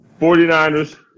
49ers